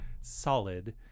solid